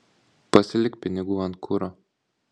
pasilik pinigų ant kuro